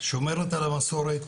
שומרת על המסורת,